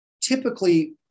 typically